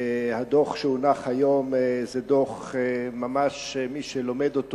הדוח שהונח היום זה דוח שממש מי שלומד אותו